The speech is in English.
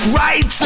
right